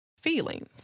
feelings